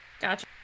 Gotcha